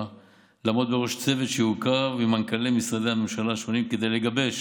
לעמוד בראש צוות שהורכב ממנכ"לי משרדי הממשלה השונים כדי לגבש